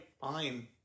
fine